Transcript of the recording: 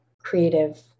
creative